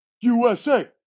USA